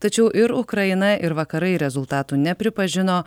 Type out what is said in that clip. tačiau ir ukraina ir vakarai rezultatų nepripažino